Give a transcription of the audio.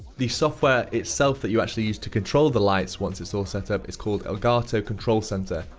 the software itself that you actually use to control the lights once it's all set up is called elgato control center.